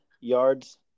yards